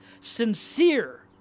sincere